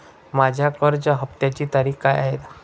माझ्या कर्ज हफ्त्याची तारीख काय आहे?